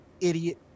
idiot